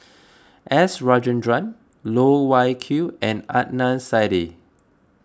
S Rajendran Loh Wai Kiew and Adnan Saidi